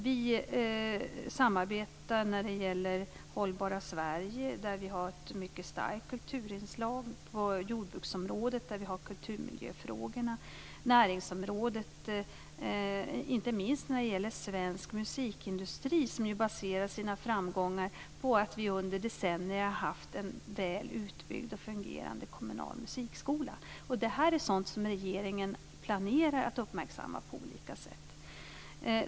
Vi samarbetar när det gäller det hållbara Sverige, där vi har ett mycket starkt kulturinslag, på jordbruksområdet, där vi har kulturmiljöfrågorna, på näringsområdet inte minst när det gäller svensk musikindustri, som ju baserar sina framgångar på att vi under decennier har haft en väl utbyggd och fungerande kommunal musikskola. Det här är sådant som regeringen planerar att uppmärksamma på olika sätt.